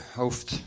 hoofd